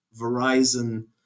Verizon